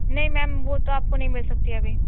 نہیں میم وہ تو آپ کو نہیں مل سکتی ہے ابھی